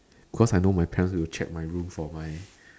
cause I know my parents will check my room for my